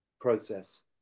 process